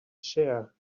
chair